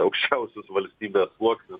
aukščiausius valstybės sluoksnius